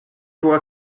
vous